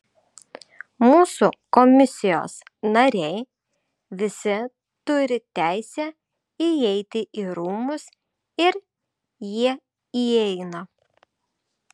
mūsų komisijos nariai visi turi teisę įeiti į rūmus ir jie įeina